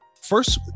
first